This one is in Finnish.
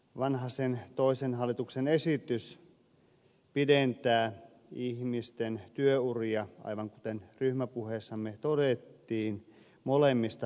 vanhasen toisen hallituksen esitys pidentää ihmisten työuria aivan kuten ryhmäpuheessamme todettiin molemmista päistä